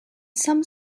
some